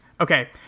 Okay